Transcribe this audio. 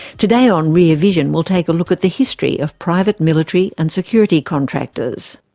today on rear vision we'll take a look at the history of private military and security contractors.